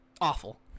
awful